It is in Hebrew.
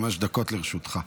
חמש דקות לרשותך,